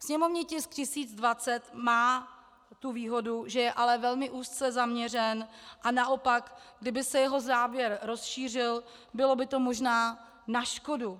Sněmovní tisk 1020 má tu výhodu, že je ale velmi úzce zaměřen, a naopak, kdyby se jeho závěr rozšířil, bylo by to možná na škodu.